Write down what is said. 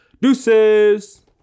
Deuces